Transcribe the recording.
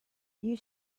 you